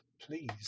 please